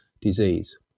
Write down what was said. disease